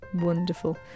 Wonderful